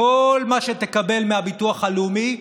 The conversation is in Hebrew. כל מה שתקבל מהביטוח הלאומי,